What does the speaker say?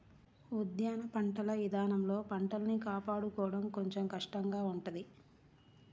ఉద్యాన పంటల ఇదానంలో పంటల్ని కాపాడుకోడం కొంచెం కష్టంగా ఉంటది